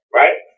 right